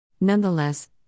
Nonetheless